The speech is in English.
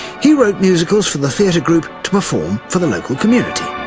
he wrote musicals for the theatre group to perform for the local community.